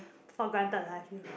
for granted lah true